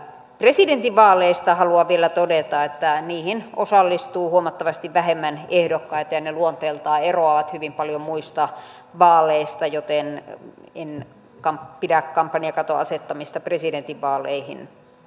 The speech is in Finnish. presidentinvaaleista haluan vielä todeta että niihin osallistuu huomattavasti vähemmän ehdokkaita ja ne luonteeltaan eroavat hyvin paljon muista vaaleista joten en pidä kampanjakaton asettamista presidentinvaaleihin tarpeellisena